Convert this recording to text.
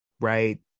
right